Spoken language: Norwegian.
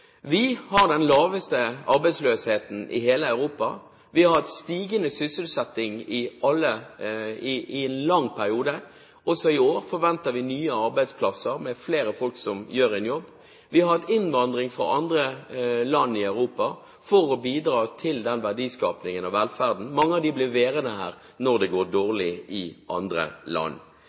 Vi har den laveste arbeidsløsheten i hele Europa. Vi har hatt stigende sysselsetting i en lang periode. Også i år forventer vi nye arbeidsplasser med flere folk som gjør en jobb. Vi har hatt innvandring fra andre land i Europa for å bidra til den verdiskapingen og velferden. Mange av dem blir værende her når det går dårlig i andre land.